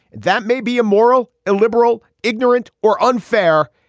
that may be a moral, liberal, ignorant or unfair.